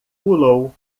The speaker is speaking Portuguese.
pulou